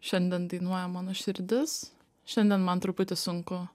šiandien dainuoja mano širdis šiandien man truputį sunku